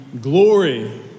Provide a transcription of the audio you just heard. glory